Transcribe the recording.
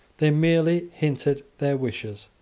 they merely hinted their wishes.